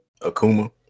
Akuma